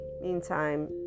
meantime